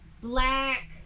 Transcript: black